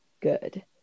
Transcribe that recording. good